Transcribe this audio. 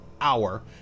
hour